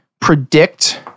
predict